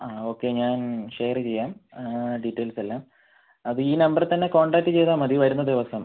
ആ ഓക്കേ ഞാൻ ഷെയറ് ചെയ്യാം ഡീറ്റെയിൽസ് എല്ലാം അപ്പോൾ ഈ നമ്പറിൽ തന്നെ കോൺടാക്ട് ചെയ്താൽമതി വരുന്ന ദിവസം